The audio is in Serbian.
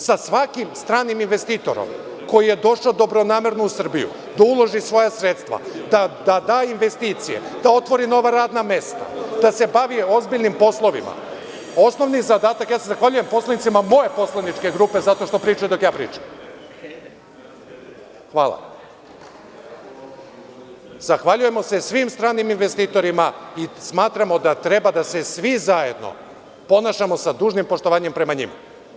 Sa svakim stranim investitorom koji je došao dobronamerno u Srbiju da uloži svoja sredstva, da da investicije, da otvori nova radna mesta, da se bavi ozbiljnim poslovima, osnovni zadatak, ja se zahvaljujem poslanicima moje poslaničke grupe zato što pričaju dok ja pričam, zahvaljujemo se svim stranim investitorima i smatramo da treba da se svi zajedno ponašamo sa dužnim poštovanjem prema njima.